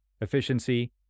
efficiency